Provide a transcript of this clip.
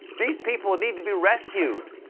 these people need to be rescued.